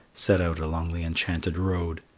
set out along the enchanted road.